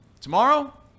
tomorrow